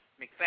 McFadden